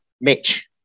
Mitch